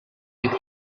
with